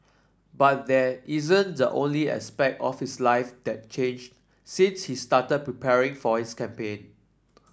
but that isn't the only aspect of his life that changed since he started preparing for his campaign